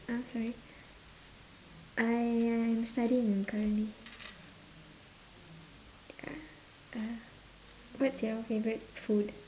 uh sorry I am studying currently uh what's your favorite food